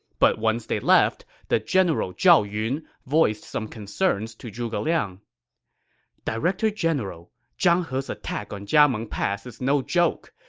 but once they left, the general zhao yun voiced some concerns to zhuge liang director general, zhang he's attack on jiameng pass is no joke.